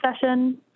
session